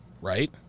right